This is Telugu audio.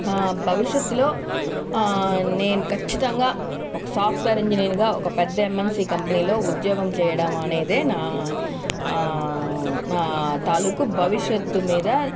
భవిష్యత్తులో నేను ఖచ్చితంగా ఒక సాఫ్ట్వేర్ ఇంజనీర్ గా ఒక పెద్ద ఎంఎన్సి కంపెనీ లో ఉద్యోగం చేయడం అనేదే నా నా తాలూకు భవిష్యత్తు మీద